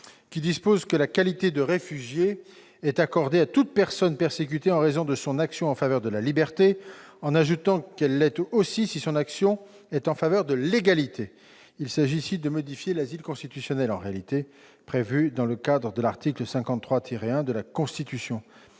qui dispose que la qualité de réfugié est accordée à toute personne persécutée en raison de son action en faveur de la liberté, en ajoutant qu'elle l'est également si son action est en faveur de l'égalité. Il s'agit ici de modifier l'asile constitutionnel prévu à l'article 53-1 de la Constitution